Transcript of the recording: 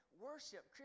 worship